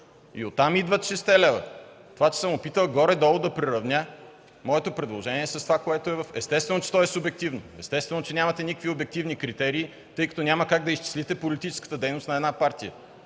Оттам идват шестте лева. Това, че съм се опитал горе-долу до приравня, моето предложение с това, което е ... Естествено, че то е субективно, естествено, че нямате никакви обективни критерии, тъй като няма как да изчислите политическата дейност на една партия